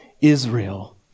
Israel